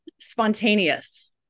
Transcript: spontaneous